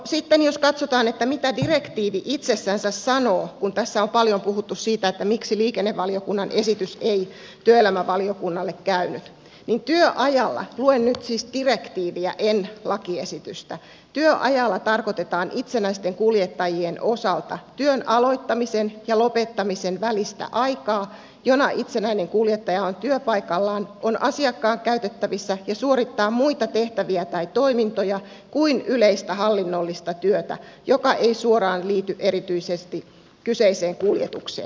sitten jos katsotaan mitä direktiivi itsessänsä sanoo kun tässä on paljon puhuttu siitä miksi liikennevaliokunnan esitys ei työelämävaliokunnalle käynyt niin työajalla luen nyt siis direktiiviä en lakiesitystä tarkoitetaan itsenäisten kuljettajien osalta työn aloittamisen ja lopettamisen välistä aikaa jona itsenäinen kuljettaja on työpaikallaan on asiakkaan käytettävissä ja suorittaa muita tehtäviä tai toimintoja kuin yleistä hallinnollista työtä joka ei suoraan liity erityisesti kyseiseen kuljetukseen